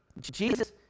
Jesus